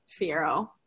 Fiero